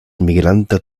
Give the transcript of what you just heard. migranta